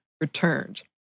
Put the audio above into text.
returned